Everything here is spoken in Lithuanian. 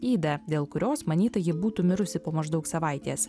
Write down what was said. ydą dėl kurios manyta ji būtų mirusi po maždaug savaitės